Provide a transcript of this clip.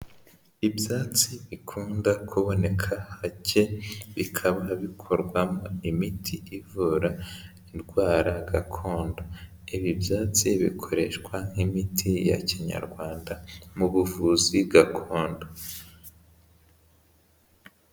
Ibyatsi bikunda kuboneka hake bikaba bikorwamo imiti ivura indwara gakondo, ibi byatsi bikoreshwa nk'imiti ya kinyarwanda mu buvuzi gakondo.